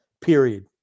Period